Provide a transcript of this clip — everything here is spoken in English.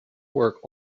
work